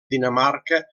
dinamarca